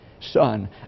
Son